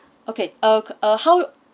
okay uh how